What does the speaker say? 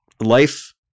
life